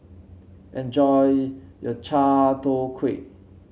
enjoy your Chai Tow Kway